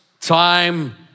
time